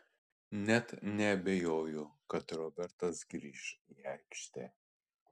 net neabejoju kad robertas grįš į aikštę